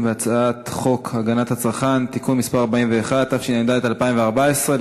הצעת חוק לתיקון פקודת התעבורה (מס' 111),